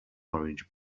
orange